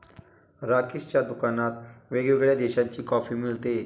राकेशच्या दुकानात वेगवेगळ्या देशांची कॉफी मिळते